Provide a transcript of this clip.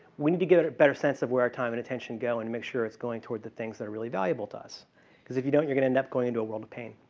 we need to get a better sense of where our time and attention go and make sure it's going toward the things that are really valuable to us because if you don't, you're going to end up going into a world of pain.